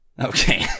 Okay